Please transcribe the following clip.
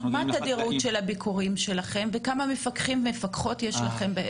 מה תדירות הביקורים שלכם וכמה מפקחים ומפקחות יש לכם?